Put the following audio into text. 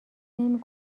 نمی